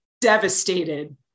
devastated